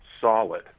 solid